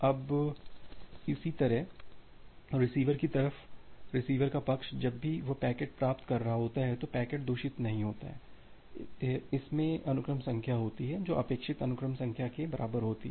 अब इसी तरह रिसीवर की तरफ रिसीवर का पक्ष जब भी वह पैकेट प्राप्त कर रहा होता है तो पैकेट दूषित नहीं होता है और इसमें अनुक्रम संख्या होती है जो अपेक्षित अनुक्रम संख्या के बराबर होती है